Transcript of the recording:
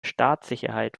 staatssicherheit